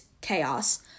chaos